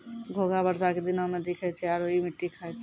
घोंघा बरसा के दिनोॅ में दिखै छै आरो इ मिट्टी खाय छै